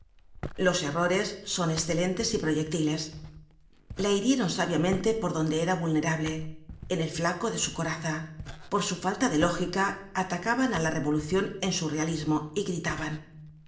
los errores son escelentes proyectiles la hirieron sabiamente por donde era vulnerable en el flaco de su coraza por su falta de lógica atacaban á la revolucion en su realismo y gritaban